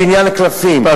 בניין קלפים.